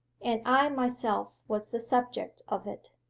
and i myself was the subject of it.